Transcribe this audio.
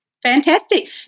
Fantastic